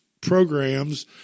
program's